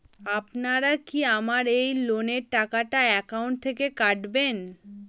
আপনারা কি আমার এই লোনের টাকাটা একাউন্ট থেকে কাটবেন?